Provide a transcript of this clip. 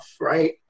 right